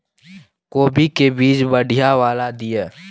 कोबी के बीज बढ़ीया वाला दिय?